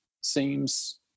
seems